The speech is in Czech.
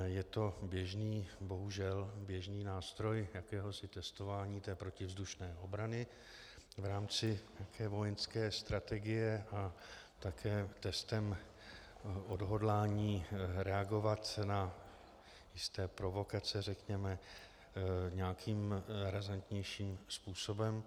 Je to bohužel běžný nástroj jakéhosi testování protivzdušné obrany v rámci vojenské strategie a také test odhodlání reagovat na jisté provokace, řekněme, nějakým razantnějším způsobem.